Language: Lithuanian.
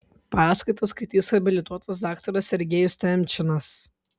paskaitą skaitys habilituotas daktaras sergejus temčinas